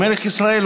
מלך ישראל,